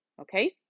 Okay